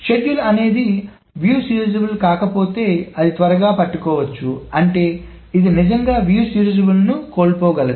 schedule అనేది view serializable కాకపోతే అది త్వరగా పట్టుకోవచ్చు అంటే ఇది నిజంగా వ్యూ సీరియలైజబుల్ ని కోల్పోగలదు